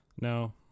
No